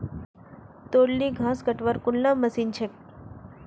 तोर ली घास कटवार कुनला मशीन छेक